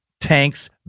tanks